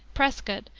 prescott,